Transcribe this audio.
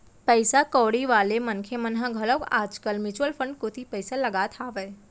पइसा कउड़ी वाले मनखे मन ह घलोक आज कल म्युचुअल फंड कोती पइसा लगात हावय